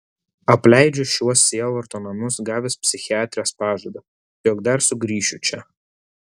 apleidžiu šiuos sielvarto namus gavęs psichiatrės pažadą jog dar sugrįšiu čia